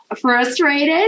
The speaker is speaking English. frustrated